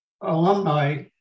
alumni